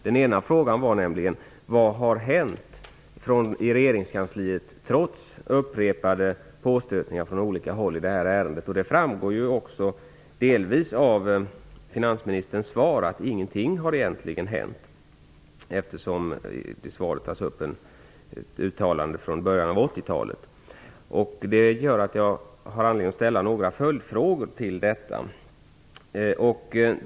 Den ena frågan gällde vad som har hänt i regeringskansliet efter upprepade påstötningar från olika håll i detta ärende. Det framgår delvis av finansministerns svar att egentligen ingenting har hänt, eftersom det i svaret nämns uttalanden från början av 80-talet. Det gör att jag har anledning att ställa några följdfrågor.